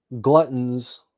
gluttons